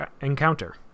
encounter